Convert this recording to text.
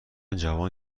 جوان